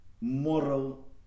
moral